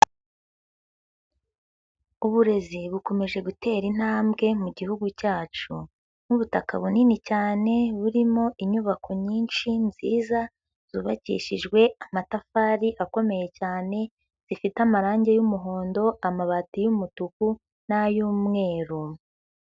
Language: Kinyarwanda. Uburezi bukomeje gutera intambwe mu gihugu cyacu. Nk'ubutaka bunini cyane burimo inyubako nyinshi, nziza, zubakishijwe amatafari akomeye cyane, zifite amarangi y'umuhondo, amabati y'umutuku n'ay'umweru.